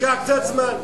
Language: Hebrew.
ייקח קצת זמן.